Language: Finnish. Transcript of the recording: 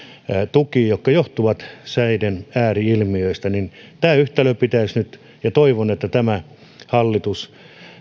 tukiin jotka johtuvat säiden ääri ilmiöistä niin tämä yhtälö pitäisi nyt ratkaista toivon että hallitus